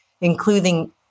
including